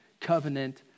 covenant